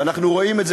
ואנחנו רואים את זה,